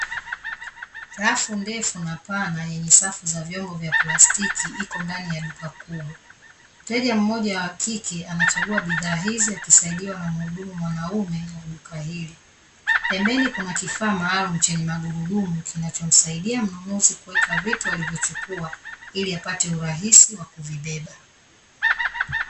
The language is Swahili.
Rafu ndefu na pana yenye safu za vyombo vya plastiki, iko ndani ya duka kubwa. Mteja mmoja wa kike anachagua bidhaa hizi, akisaidiwa na muhudumu mwanaume wa duka hili. Pembeni kuna kifaa maalumu chenye magurudumu, kinachomsaidia mnunuzi kuweka vitu alivyovichukua, ili apate urahisi wa kuvibeba.